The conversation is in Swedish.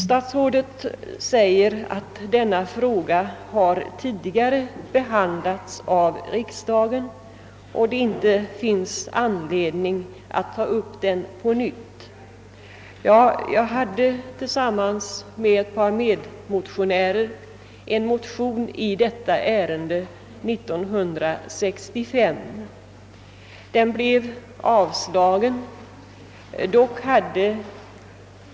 Statsrådet säger att denna fråga tidi gare har behandlats av riksdagen och att det inte finns anledning att ta upp den på nytt. Ja, jag väckte tillsammans med ett par kammarledamöter en motion i detta ärende år 1965. Den blev avslagen.